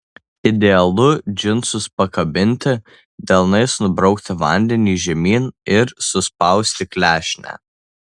idealu džinsus pakabinti delnais nubraukti vandenį žemyn ir suspausti klešnę